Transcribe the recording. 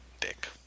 Dick